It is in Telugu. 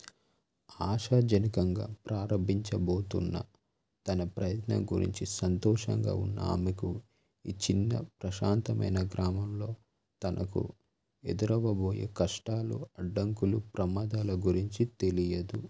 ఆశాజనకంగా ప్రారంభించబోతున్న తన ప్రయత్నం గురించి సంతోషంగా ఉన్న ఆమెకు ఈ చిన్న ప్రశాంతమైన గ్రామంలో తనకు ఎదురవబోయే కష్టాలు అడ్డంకులు ప్రమాదాల గురించి తెలియదు